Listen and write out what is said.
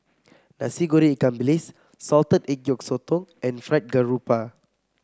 Nasi Goreng Ikan Bilis Salted Egg Yolk Sotong and Fried Garoupa